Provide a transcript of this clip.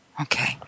Okay